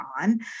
on